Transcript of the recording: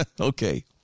Okay